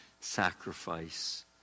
sacrifice